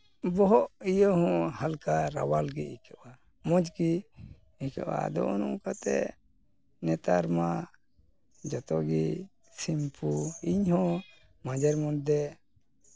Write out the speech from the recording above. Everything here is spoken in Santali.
ᱵᱚᱦᱚᱜ ᱤᱭᱟᱹ ᱦᱚᱸ ᱦᱟᱞᱠᱟ ᱨᱟᱣᱟᱞ ᱜᱮ ᱟᱹᱭᱠᱟᱹᱣᱚᱜᱼᱟ ᱢᱚᱡᱽ ᱜᱮ ᱟᱹᱭᱠᱟᱹᱣᱚᱜᱼᱟ ᱟᱫᱚ ᱚᱱᱮ ᱚᱝᱠᱟ ᱛᱮ ᱱᱮᱛᱟᱨ ᱢᱟ ᱡᱚᱛᱚ ᱜᱮ ᱥᱤᱢᱯᱩ ᱤᱧ ᱦᱚᱸ ᱢᱟᱡᱷᱮᱨ ᱢᱚᱫᱽᱫᱷᱮ